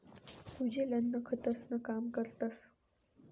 कुजेल अन्न खतंसनं काम करतस